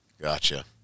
Gotcha